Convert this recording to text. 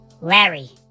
Larry